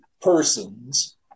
persons